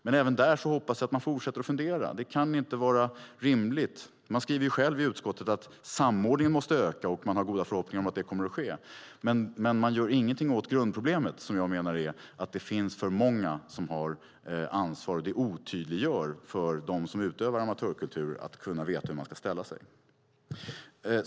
Men även där hoppas jag att man fortsätter att fundera. Man skriver själv i betänkandet att samordningen måste öka, och man har goda förhoppningar om att det kommer att ske. Men man gör ingenting åt grundproblemet, som jag menar är att det finns för många som har ansvar, och det otydliggör för dem som är utövare av amatörkultur att veta hur man ska ställa sig.